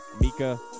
Mika